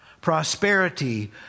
prosperity